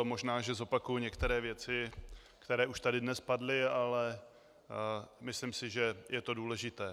Možná že zopakuji některé věci, které už tady dnes padly, ale myslím si, že je to důležité.